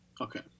Okay